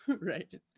Right